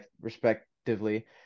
respectively